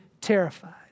terrified